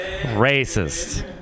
racist